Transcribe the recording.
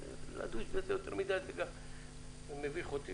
זה מביך אותי,